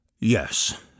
Yes